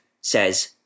says